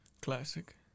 Classic